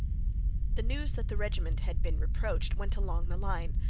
the news that the regiment had been reproached went along the line.